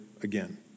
again